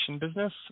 business